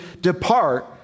depart